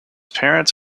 parents